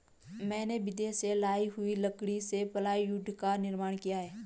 मैंने विदेश से लाई हुई लकड़ी से प्लाईवुड का निर्माण किया है